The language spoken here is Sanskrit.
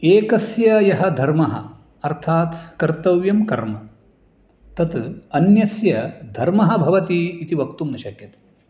एकस्य यः धर्मः अर्थात् कर्तव्यं कर्म तत् अन्यस्य धर्मः भवति इति वक्तुं न शक्यते